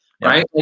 right